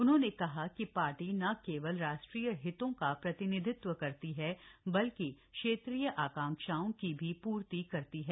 उन्होंने कहा कि पार्टी न केवल राष्ट्रीय हितों का प्रतिनिधित्व करती है बल्कि क्षेत्रीय आकांक्षाओं की भी पूर्ति करती है